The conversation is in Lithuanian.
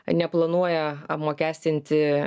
neplanuoja apmokestinti